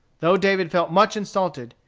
though david felt much insulted,